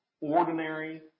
ordinary